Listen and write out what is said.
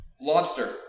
Lobster